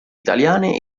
italiane